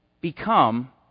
become